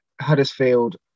Huddersfield